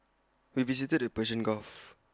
we visited the Persian gulf